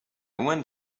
went